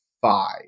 five